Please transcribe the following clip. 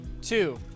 two